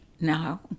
now